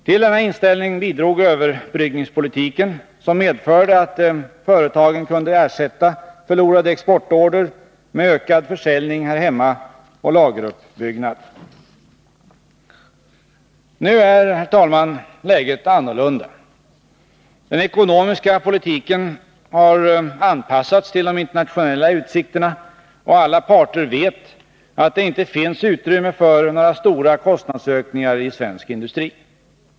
Till denna inställning bidrog överbryggningspolitiken, som medförde att företagen kunde ersätta förlorade exportorder med ökad försäljning här hemma och lageruppbyggnad. Nu är, herr talman, läget annorlunda. Den ekonomiska politiken har anpassats till de internationella utsikterna, och alla parter vet att det inte finns utrymme för några stora kostnadsökningar i svensk industri.